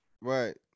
Right